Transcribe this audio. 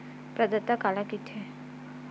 प्रदाता काला कइथे?